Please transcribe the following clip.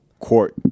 Court